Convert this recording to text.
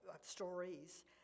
stories